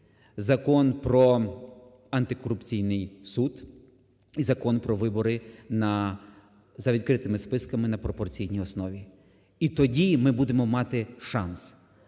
Закон про антикорупційний суд і Закон про вибори за відкритими списками на пропорційній основі. І тоді ми будемо мати шанс.